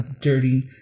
dirty